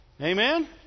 Amen